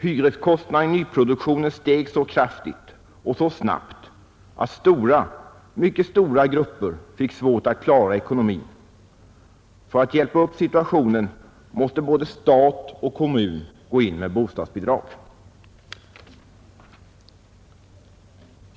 Hyreskostnaderna i nyproduktionen steg så kraftigt och så snabbt att mycket stora grupper fick svårt att klara ekonomin. För att hjälpa upp situationen måste både stat och kommun gå in med bostadsbidrag.